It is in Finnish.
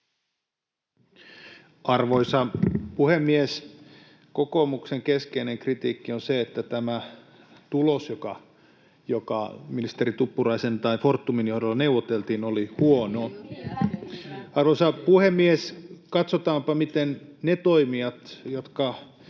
Arvoisa puhemies! Kokoomuksen keskeinen kritiikki on se, että tämä tulos, joka ministeri Tuppuraisen tai Fortumin johdolla neuvoteltiin, oli huono. Arvoisa puhemies! Katsotaanpa, miten ne toimijat, joiden